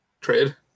trade